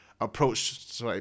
approach